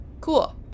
cool